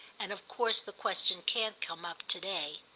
and of course the question can't come up to-day.